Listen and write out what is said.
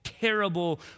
Terrible